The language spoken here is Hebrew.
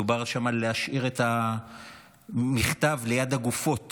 מדובר שם על להשאיר את המכתב ליד הגופות